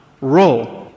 role